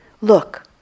Look